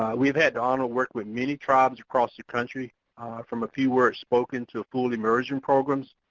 we've had honor work with many tribes across the country from a few words spoken to full immersion programs.